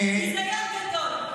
ביזיון גדול.